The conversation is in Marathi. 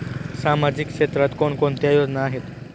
सामाजिक क्षेत्रात कोणकोणत्या योजना आहेत?